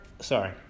Sorry